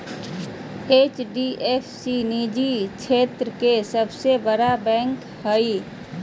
HDF सी निजी क्षेत्र के सबसे बड़ा बैंक हय